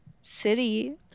city